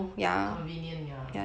convenient ya